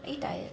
eh 大